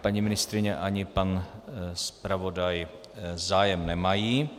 Paní ministryně ani pan zpravodaj zájem nemají.